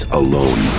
alone